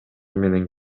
менен